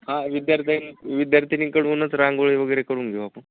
हां विद्यार्थ्यां विद्यार्थिनींकडूनच रांगोळी वगैरे करून घेऊ आपण